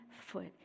foot